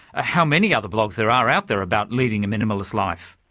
ah how many other blogs there are out there about leading a minimalist life.